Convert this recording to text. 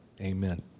Amen